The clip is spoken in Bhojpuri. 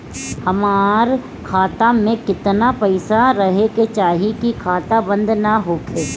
हमार खाता मे केतना पैसा रहे के चाहीं की खाता बंद ना होखे?